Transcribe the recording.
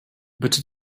bitte